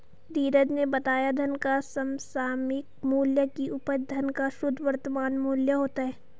धीरज ने बताया धन का समसामयिक मूल्य की उपज धन का शुद्ध वर्तमान मूल्य होता है